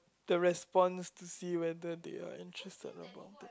the response to see whether they are interested about that